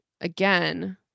again